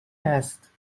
است